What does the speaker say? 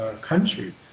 country